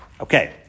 Okay